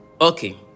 okay